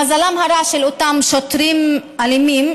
למזלם הרע של אותם שוטרים אלימים,